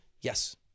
Yes